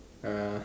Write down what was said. uh